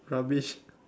rubbish